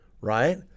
right